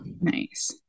nice